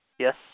Yes